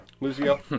Lucio